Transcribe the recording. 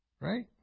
Right